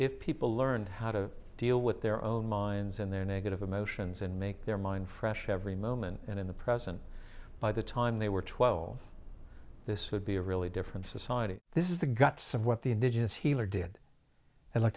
if people learned how to deal with their own minds and their negative emotions and make their mind fresh every moment and in the present by the time they were twelve this would be a really different society this is the guts of what the indigenous healer did and like